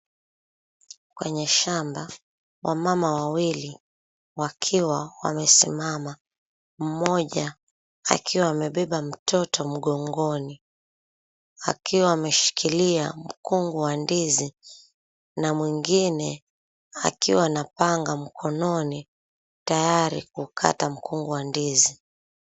Kwenye shamba wamama wawili wakiwawamesimama mmoja akiwaamebeba mtoto mgongoni, akiwaameshikilia mkungu wa ndizi na mwingine akiwa na panga mkononi tayari kukata mkungu wa ndizi.